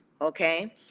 okay